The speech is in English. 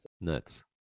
nuts